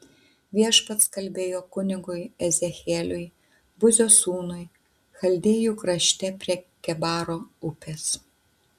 viešpats kalbėjo kunigui ezechieliui buzio sūnui chaldėjų krašte prie kebaro upės